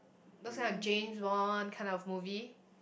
those kind of James-Bond kind of movie